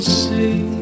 see